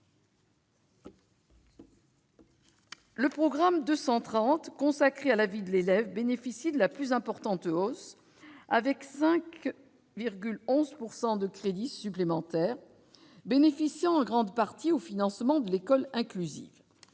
Le programme 230 consacré à la vie de l'élève bénéficie de la plus importante hausse avec 5 11 pourcent de crédits supplémentaires, bénéficiant en grande partie au financement de l'école inclusive,